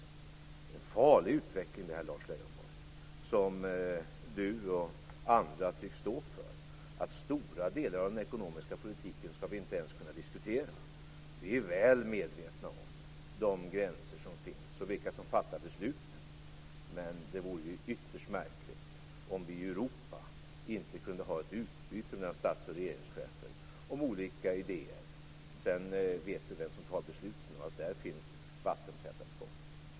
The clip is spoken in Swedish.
Det är en farlig utveckling som Lars Leijonborg och andra tycks stå för: att vi inte ens skall kunna diskutera stora delar av den ekonomiska politiken. Vi är väl medvetna om de gränser som finns och vilka som fattar besluten, men det vore ju ytterst märkligt om vi i Europa inte kunde ha ett utbyte mellan statsoch regeringschefer om olika idéer. Sedan vet vi vem som fattar besluten, och där finns vattentäta skott.